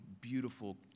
beautiful